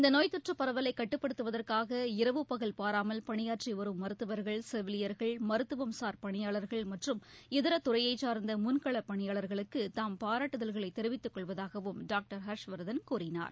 இந்த நோய் தொற்று பரவலை கட்டுப்படுத்துவதற்காக இரவு பகல் பாராமல் பணியாற்றி வரும் மருத்துவர்கள் செவிலியர்கள் மருத்துவம்சார் பணியாளர்கள் மற்றும் இதர துறையைச் சார்ந்த முன்களப் பணியாளர்களுக்கு தாம் பாராட்டுதல்களை தெரிவித்துக் கொள்வதாகவும் டாக்டர் ஹர்ஷவர்தன் கூறினார்